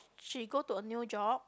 she go to a new job